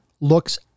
looks